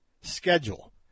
schedule